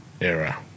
era